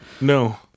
No